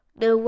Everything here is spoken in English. no